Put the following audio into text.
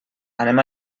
anem